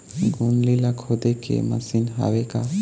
गोंदली ला खोदे के मशीन हावे का?